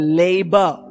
labor